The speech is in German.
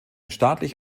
staatlich